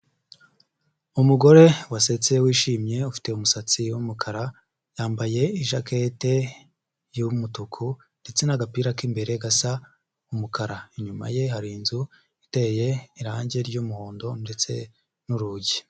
Umugore wasetse wishimye ufite umusatsi w'umukara, yambaye ijakete y'umutuku ndetse n'agapira k'imbere gasa umukara, inyuma ye hari inzu iteye irange ry'umuhondo ndetse n'urugi.